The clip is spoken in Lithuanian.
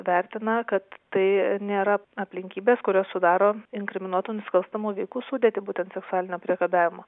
vertina kad tai nėra aplinkybės kurios sudaro inkriminuotų nusikalstamų veikų sudėtį būtent seksualinio priekabiavimo